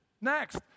Next